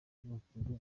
b’abakobwa